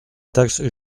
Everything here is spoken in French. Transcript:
taxe